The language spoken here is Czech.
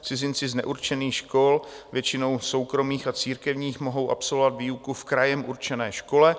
Cizinci z neurčených škol, většinou soukromých a církevních, mohou absolvovat výuku v krajem určené škole.